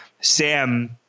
Sam